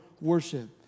worship